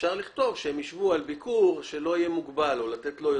אפשר לכתוב שהוא יישב על ויזת ביקור שהיא לא מוגבלת בזמן.